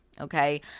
okay